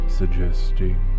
suggesting